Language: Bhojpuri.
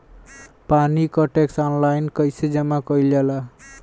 पानी क टैक्स ऑनलाइन कईसे जमा कईल जाला?